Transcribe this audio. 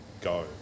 go